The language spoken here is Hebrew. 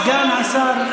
סגן השר,